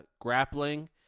grappling